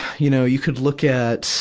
you know, you could look at.